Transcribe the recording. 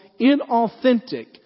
inauthentic